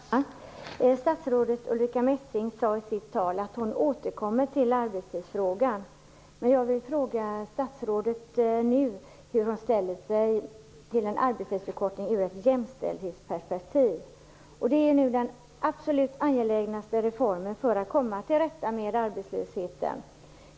Fru talman! Statsrådet Ulrica Messing sade i sitt tal att hon återkommer till arbetstidsfrågan. Men jag vill fråga statsrådet nu hur hon ställer sig till en arbetstidsförkortning ur ett jämställdhetsperspektiv. Det är den absolut angelägnaste reformen för att komma till rätta med arbetslösheten.